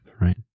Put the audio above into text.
right